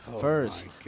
first